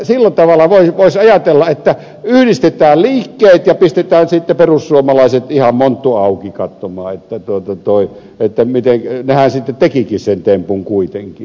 sillä tavalla voisi ajatella että yhdistetään liikkeet ja pistetään sitten perussuomalaiset ihan monttu auki katsomaan että nehän sitten tekivätkin sen tempun kuitenkin